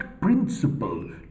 principle